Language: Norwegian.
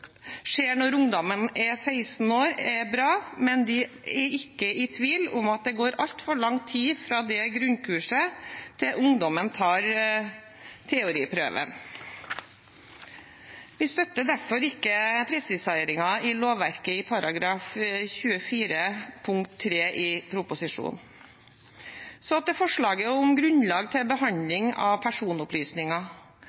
skjer når ungdommen er 16 år, er bra, men de er ikke i tvil om at det går altfor lang tid fra grunnkurset til ungdommen tar teoriprøven. Vi støtter derfor ikke presiseringen i lovverket i § 24 femte ledd i proposisjonen. Så til forslaget om grunnlag